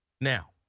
Now